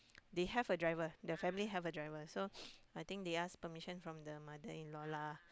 they have a driver the family have a driver so I think they ask permission from the mother in law lah